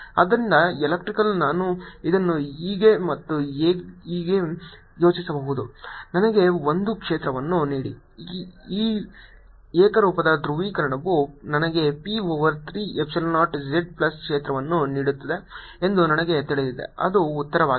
ಆದ್ದರಿಂದ ಎಲೆಕ್ಟ್ರಿಕಲ್ ನಾನು ಇದನ್ನು ಹೀಗೆ ಮತ್ತು ಹೀಗೆ ಯೋಚಿಸಬಹುದು ನನಗೆ ಒಂದು ಕ್ಷೇತ್ರವನ್ನು ನೀಡಿ E ಏಕರೂಪದ ಧ್ರುವೀಕರಣವು ನನಗೆ P over 3 epsilon 0 z plus ಕ್ಷೇತ್ರವನ್ನು ನೀಡುತ್ತದೆ ಎಂದು ನನಗೆ ತಿಳಿದಿದೆ ಅದು ಉತ್ತರವಾಗಿದೆ